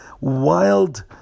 wild